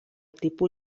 tipus